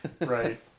Right